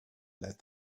led